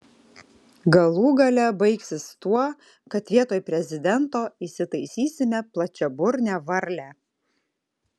galų gale baigsis tuo kad vietoj prezidento įsitaisysime plačiaburnę varlę